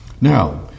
Now